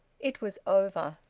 it was over.